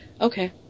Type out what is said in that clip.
Okay